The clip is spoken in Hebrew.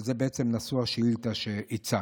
וזה בעצם נשוא השאילתה שהצגת.